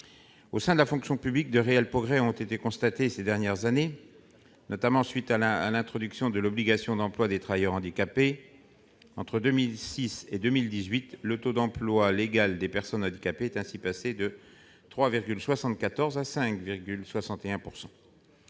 Au sein de la fonction publique, de réels progrès ont été constatés ces dernières années, notamment à la suite de l'introduction de l'obligation d'emploi des travailleurs handicapés : entre 2006 et 2018, le taux d'emploi légal des personnes handicapées est passé de 3,74 % à 5,61 %.